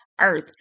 earth